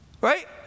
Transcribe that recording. Right